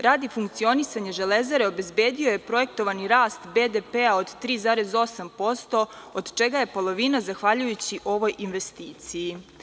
Radi funkcionisanja „Železare“ obezbedio je projektovani rast BDP-a od 3,8%, od čega je polovina zahvaljujući ovoj investiciji.